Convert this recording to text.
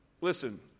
Listen